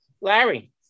Larry